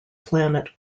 planet